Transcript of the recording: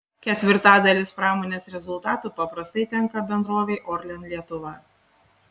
ketvirtadalis pramonės rezultatų paprastai tenka bendrovei orlen lietuva